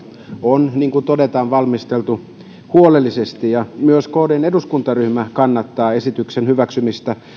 on niin kuin todetaan valmisteltu huolellisesti ja myös kdn eduskuntaryhmä kannattaa esityksen hyväksymistä